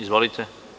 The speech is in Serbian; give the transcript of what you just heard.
Izvolite.